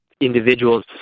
individuals